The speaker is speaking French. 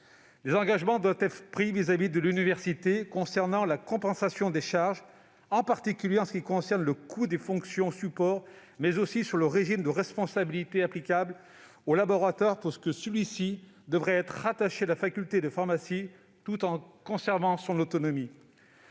Des engagements doivent être pris à l'égard de l'université non seulement sur la compensation des charges, en particulier s'agissant des fonctions support, mais aussi sur le régime de responsabilité applicable au laboratoire, puisque celui-ci devrait être rattaché à la faculté de pharmacie tout en conservant son autonomie.